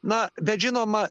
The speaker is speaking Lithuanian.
na bet žinoma